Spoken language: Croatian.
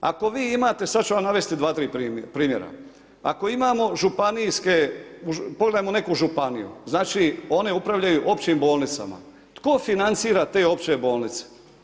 Ako vi imate sad ću vam navesti 2-3 primjera, ako imamo županijske, pogledajmo neku županiju, znači oni upravljaju općim bolnicama, tko financira te opće bolnice?